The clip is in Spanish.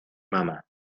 mama